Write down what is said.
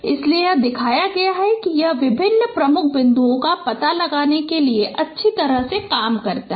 इसलिए यह दिखाया गया है कि यह विभिन्न प्रमुख बिंदुओं का पता लगाने के लिए अच्छी तरह से काम करता है